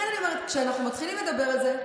לכן אני אומרת שכשאנחנו מתחילים לדבר על זה,